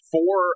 Four